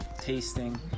tasting